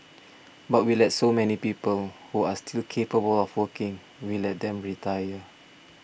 but we let so many people who are still capable of working we let them retire